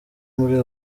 muri